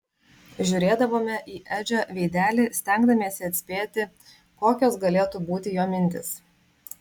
žiūrėdavome į edžio veidelį stengdamiesi atspėti kokios galėtų būti jo mintys